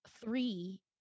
three